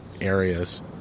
areas